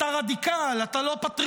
אתה רדיקל, אתה לא פטריוט,